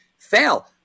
Fail